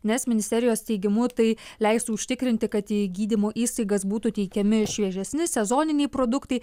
nes ministerijos teigimu tai leistų užtikrinti kad į gydymo įstaigas būtų teikiami šviežesni sezoniniai produktai